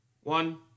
One